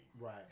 Right